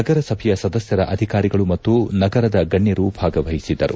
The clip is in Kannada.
ನಗರಸಭೆಯ ಸದಸ್ಕರ ಅಧಿಕಾರಿಗಳು ಮತ್ತು ನಗರದ ಗಣ್ಯರು ಭಾಗವಹಿಸಿದ್ದರು